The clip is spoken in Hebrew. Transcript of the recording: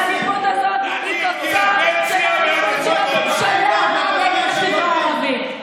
והאלימות הזאת היא תוצר של האלימות של הממשלה נגד החברה הערבית.